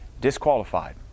Disqualified